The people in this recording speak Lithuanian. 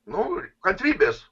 nu kantrybės